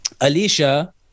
Alicia